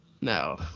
No